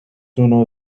uno